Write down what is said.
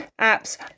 apps